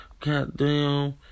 goddamn